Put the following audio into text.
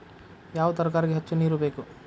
ಯಾವ ತರಕಾರಿಗೆ ಹೆಚ್ಚು ನೇರು ಬೇಕು?